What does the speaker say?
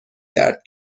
درد